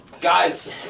Guys